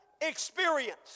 experience